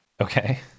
okay